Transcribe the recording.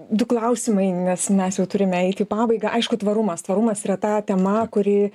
du klausimai nes mes jau turime eit į pabaigą aišku tvarumas tvarumas yra ta tema kuri